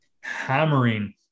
hammering